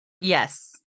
Yes